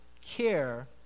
care